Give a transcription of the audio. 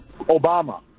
Obama